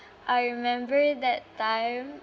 I remember that time